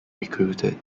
recruited